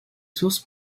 sources